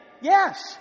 Yes